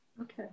okay